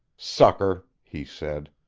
sucker! he said.